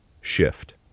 Shift